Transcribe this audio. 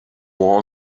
war